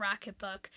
RocketBook